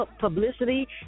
publicity